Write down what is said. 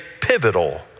pivotal